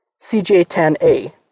CJ-10A